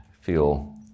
feel